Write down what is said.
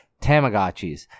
Tamagotchis